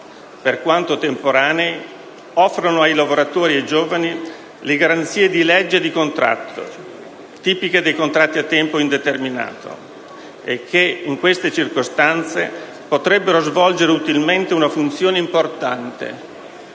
per quanto temporanei, offrono ai lavoratori e ai giovani le garanzie di legge e di contratto tipiche dei contratti a tempo indeterminato e che, in queste circostanze, potrebbero svolgere utilmente una funzione importante: